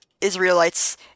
Israelites